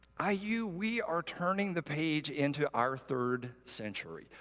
ah iu, we are turning the page into our third century.